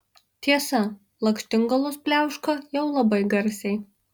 tiesa lakštingalos pliauška jau labai garsiai